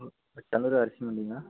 hello Thangadurai அரிசி மண்டிங்களா